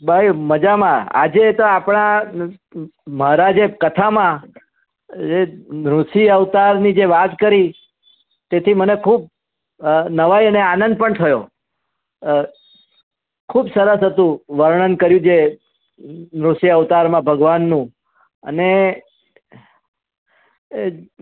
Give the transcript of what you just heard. ભાઈ મજામાં આજે તો આપણા મહારાજે કથામાં નૃસિંહ અવતારની જે વાત કરી તેથી મને ખૂબ નવાઈ અને આનંદ પણ થયો ખૂબ સરસ હતું વર્ણન કર્યું જે નૃસિંહ અવતારમાં ભગવાનનું અને